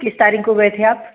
किस तारीख़ को गए थे आप